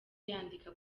yanditse